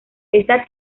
esta